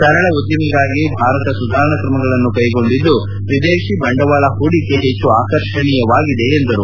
ಸರಳ ಉದ್ದಿಮೆಗಾಗಿ ಭಾರತ ಸುಧಾರಣಾ ಕ್ರಮಗಳನ್ನು ಕೈಗೊಂಡಿದ್ದು ವಿದೇತಿ ಬಂಡವಾಳ ಹೂಡಿಕೆ ಹೆಚ್ಚು ಆಕರ್ಷಣೀಯವಾಗಿದೆ ಎಂದರು